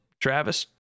Travis